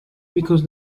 because